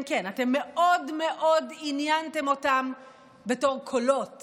כן, כן, אתם מאוד מאוד עניינתם אותם בתור קולות